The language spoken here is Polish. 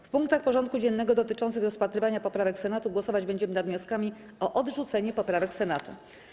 W punktach porządku dziennego dotyczących rozpatrywania poprawek Senatu głosować będziemy nad wnioskami o odrzucenie poprawek Senatu.